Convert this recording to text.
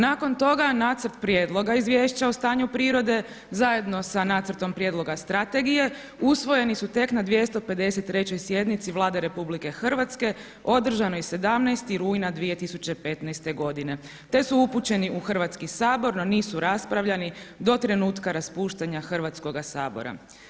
Nakon toga Nacrt prijedloga izvješća o stanju prirode zajedno sa Nacrtom prijedloga strategije usvojeni su tek na 253. sjednici Vlade RH održanoj 17. rujna 2015. godine te su upućeni u Hrvatski sabor no nisu raspravljani do trenutka raspuštanja Hrvatskoga sabora.